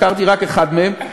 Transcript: הזכרתי רק אחד מהם,